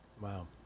Wow